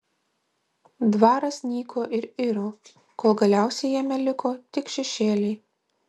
dvaras nyko ir iro kol galiausiai jame liko tik šešėliai